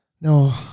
no